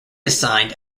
assigned